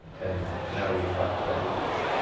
and now, we fight prejudice.